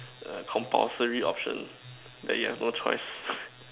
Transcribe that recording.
the compulsory option that you have no choice